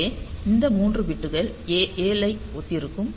எனவே இந்த 3 பிட்கள் 7 ஐ ஒத்திருக்கும்